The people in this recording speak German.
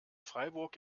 freiburg